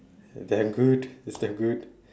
damn good it's damn good